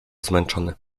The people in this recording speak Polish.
zmęczony